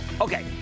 Okay